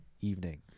evening